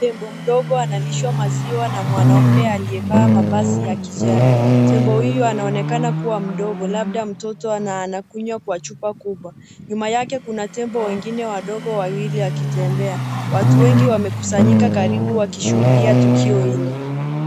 Tembo mdogo analishwa maziwa na mwanaume aliyevaa mavazi ya kijani. Tembo huyo anaonekana kuwa mdogo, labda mtoto na anakunywa kwa chupa kubwa. Nyuma yake kuna tembo wengine wadogo wawili wakitembea. Watu wengi wamekusanyika karibu wakishuhudia tukio hilo.